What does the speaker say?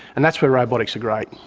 and that's where robotics are great.